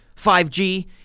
5G